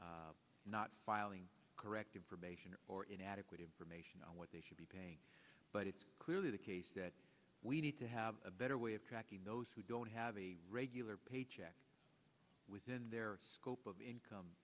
not filing correct information or inadequate information on what they should be paying but it's clearly the case that we need to have a better way of tracking those who don't have a regular paycheck within their scope of income